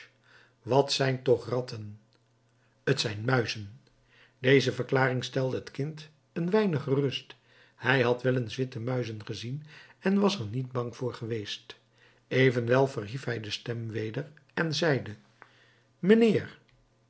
wat zijn toch ratten t zijn muizen deze verklaring stelde het kind een weinig gerust hij had wel eens witte muizen gezien en was er niet bang voor geweest evenwel verhief hij de stem weder en zeide mijnheer